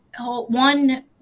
one